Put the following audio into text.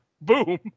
Boom